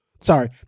sorry